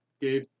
Gabe